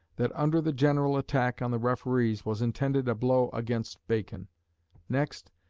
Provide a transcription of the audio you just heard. that under the general attack on the referees was intended a blow against bacon next,